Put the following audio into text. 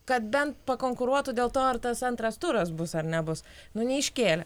kad bent pakonkuruotų dėl to ar tas antras turas bus ar nebus nu neiškėlė